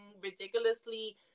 ridiculously